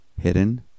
Hidden